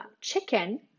chicken